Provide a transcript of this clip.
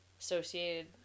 associated